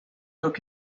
took